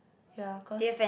ya cause